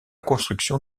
construction